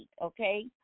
okay